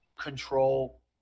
control